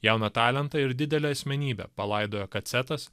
jauną talentą ir didelę asmenybę palaidojo kacetas